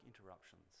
interruptions